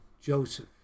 Joseph